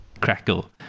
crackle